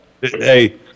Hey